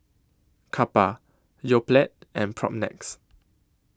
Kappa Yoplait and Propnex